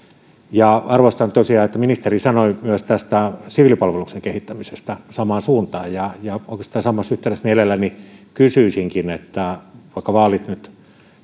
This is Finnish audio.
arvostan tosiaan sitä että ministeri sanoi myös tästä siviilipalveluksen kehittämisestä samaan suuntaan ja ja oikeastaan samassa yhteydessä mielelläni kysyisinkin vaikka vaalit nyt